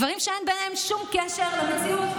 דברים שאין שום קשר ביניהם למציאות,